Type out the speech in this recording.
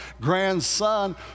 grandson